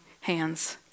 hands